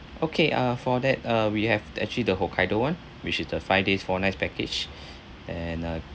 okay uh for that uh we have actually the hokkaido [one] which is the five days four nights package and uh